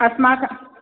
अस्माकम्